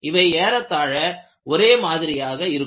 இவை ஏறத்தாழ ஒரே மாதிரியாக இருக்கும்